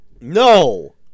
No